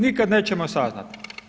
Nikad nećemo saznat.